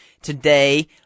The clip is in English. today